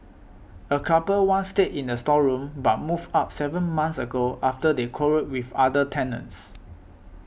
a couple once stayed in the storeroom but moved out seven months ago after they quarrelled with other tenants